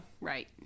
Right